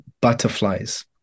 butterflies